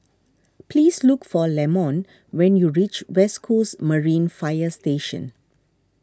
please look for Lamont when you reach West Coast Marine Fire Station